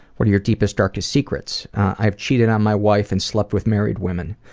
what are your deepest, darkest secrets? i have cheated on my wife and slept with married women.